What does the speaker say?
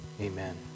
Amen